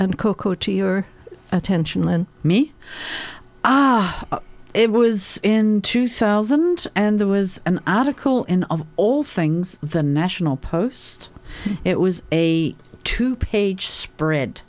and cocoa to your attention and me ah it was in two thousand and there was an article in of all things the national post it was a two page spread